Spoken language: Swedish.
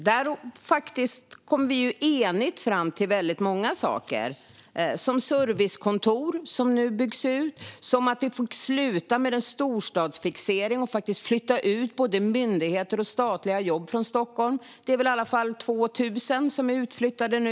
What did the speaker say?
Där kom vi enigt fram till många saker, som servicekontor som nu byggs ut, som att sluta med storstadsfixeringen och flytta ut både myndigheter och statliga jobb från Stockholm - det är väl i alla fall 2 000 som är utflyttade nu.